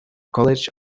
college